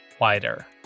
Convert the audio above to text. wider